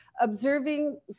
observing